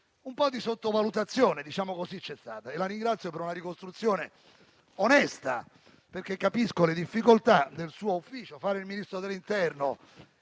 Un po' di sottovalutazione - diciamo così - c'è stata e la ringrazio per una ricostruzione onesta, perché capisco le difficoltà del suo ufficio. Fare il Ministro dell'interno